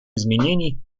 изменений